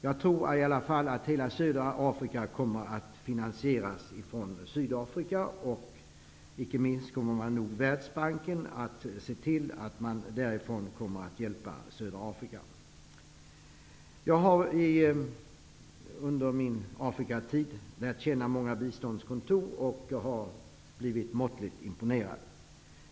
Jag tror i alla fall att hela södra Afrika kommer att finansieras av Sydafrika, och icke minst kommer nog Världsbanken att se till att man därifrån kommer att hjälpa södra Afrika. Jag har under min Afrikatid lärt känna många biståndskontor, och jag har blivit måttligt imponerad.